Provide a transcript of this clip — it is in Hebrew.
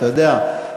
אתה יודע,